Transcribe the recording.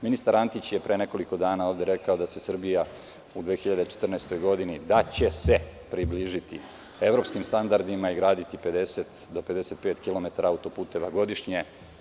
Ministar Antić je ovde pre nekoliko dana rekao da će se Srbija u 2014. godini približiti evropskim standardima i graditi do 55 kilometara autoputeva godišnje.